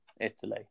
Italy